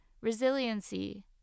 Resiliency